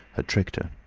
had tricked her.